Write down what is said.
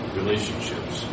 relationships